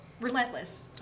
relentless